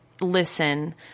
listen